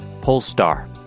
Polestar